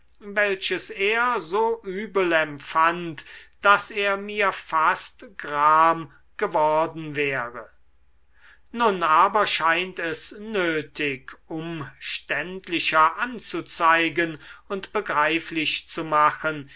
welches er so übel empfand daß er mir fast gram geworden wäre nun aber scheint es nötig umständlicher anzuzeigen und begreiflich zu machen